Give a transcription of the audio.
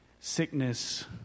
sickness